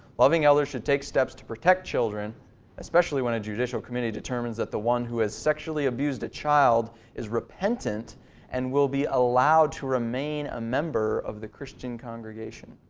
loving elders should take steps to protect children especially when a judicial committee determines that the one who has sexually abuse a child is repentant and will be allowed to remain a member of the christian congregation.